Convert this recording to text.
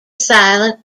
silent